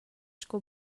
sco